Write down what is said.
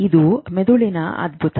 ಇದು ಮೆದುಳಿನ ಅದ್ಭುತ